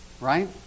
right